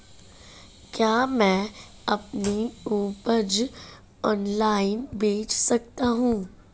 क्या मैं अपनी उपज ऑनलाइन बेच सकता हूँ?